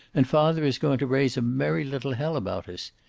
and father is going to raise a merry little hell about us.